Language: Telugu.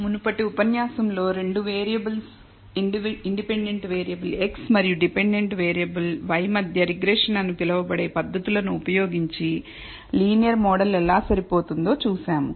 మునుపటి ఉపన్యాసంలో రెండు వేరియబుల్స్ ఇండిపెండెంట్ వేరియబుల్ x మరియు డిపెండెంట్ వేరియబుల్ y మధ్య రిగ్రెషన్ అని పిలువబడే పద్ధతులను ఉపయోగించి లీనియర్ మోడల్ ఎలా సరిపోతుందో చూశాము